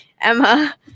Emma